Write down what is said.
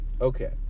Okay